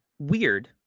Weird